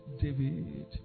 David